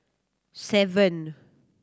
seven